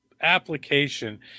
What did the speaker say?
application